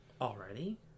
Already